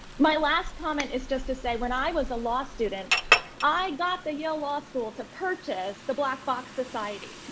my last comment is just to say, when i was a law student i got the yale law school to purchase the black box society. and